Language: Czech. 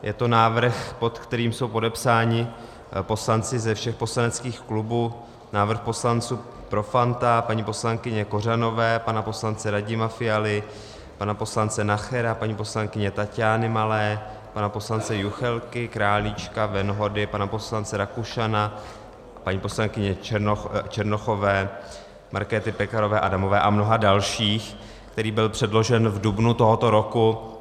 Je to návrh, pod kterým jsou podepsáni poslanci ze všech poslaneckých klubů, návrh poslanců Profanta, paní poslankyně Kořenové, pana poslance Radima Fialy, pana poslance Nachera, paní poslankyně Taťány Malé, pana poslance Juchelky, Králíčka, Venhody, pana poslance Rakušana, paní poslankyně Černochové, Markéty Pekarové Adamové a mnoha dalších, který byl předložen v dubnu tohoto roku.